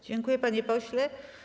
Dziękuję, panie pośle.